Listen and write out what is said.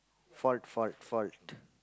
fault fault fault